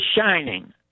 shining